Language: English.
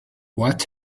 what